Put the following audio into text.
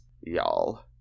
y'all